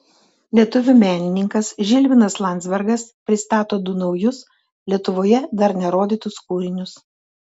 lietuvių menininkas žilvinas landzbergas pristato du naujus lietuvoje dar nerodytus kūrinius